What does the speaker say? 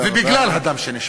ובגלל הדם שנשפך.